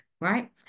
right